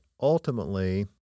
ultimately